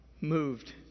moved